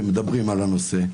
שמדברים על הנושא,